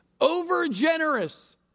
Overgenerous